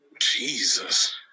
Jesus